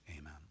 Amen